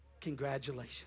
Congratulations